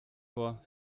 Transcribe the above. vor